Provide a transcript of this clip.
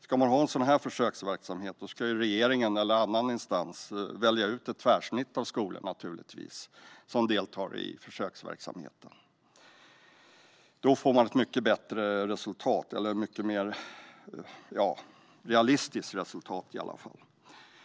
Ska man ha en sådan här försöksverksamhet ska regeringen eller annan instans naturligtvis välja ut ett tvärsnitt av skolor som deltar. Då får man ett mycket mer realistiskt resultat.